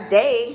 day